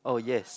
oh yes